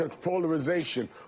Polarization